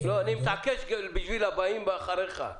מתעקש בשביל הבאים אחריך.